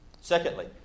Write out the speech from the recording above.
Secondly